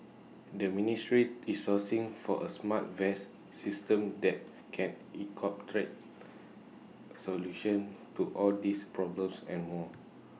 the ministry is sourcing for A smart vest system that can incorporate solutions to all these problems and more